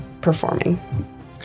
performing